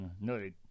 No